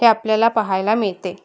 हे आपल्याला पाहायला मिळते